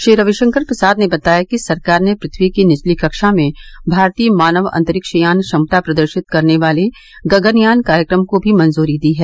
श्री रविशंकर प्रसाद ने बताया कि सरकार ने पृथ्वी की निचली कक्षा में भारतीय मानव अंतरिक्ष यान क्षमता प्रदर्शित करने वाले गगनयान कार्यक्रम को भी मंजूरी दी है